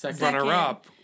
runner-up